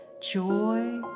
joy